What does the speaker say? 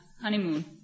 honeymoon